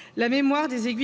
utérus transpercés,